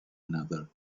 another